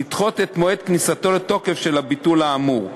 לדחות את מועד כניסתו לתוקף של הביטול האמור.